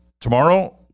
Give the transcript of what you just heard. Tomorrow